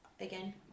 again